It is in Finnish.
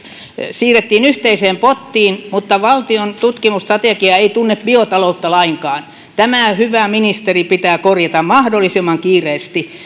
siirrettiin yhteiseen pottiin mutta valtion tutkimusstrategia ei tunne biotaloutta lainkaan tämä hyvä ministeri pitää korjata mahdollisimman kiireesti